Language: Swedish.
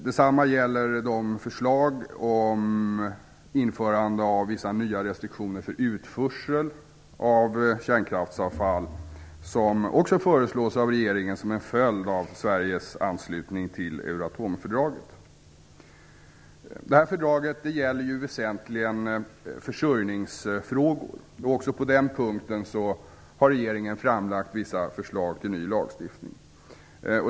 Detsamma gäller de förslag om införande av vissa nya restriktioner för utförsel av kärnkraftsavfall som också föreslås av regeringen som en följd av Sveriges anslutning till Euratomfördraget. Det fördraget gäller ju väsentligen försörjningsfrågor, och även på den punkten har regeringen framlagt vissa förslag till ny lagstiftning.